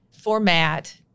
format